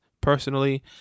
Personally